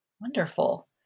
wonderful